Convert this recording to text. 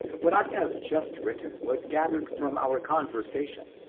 what i have just written was gathered from our conversation,